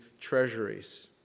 treasuries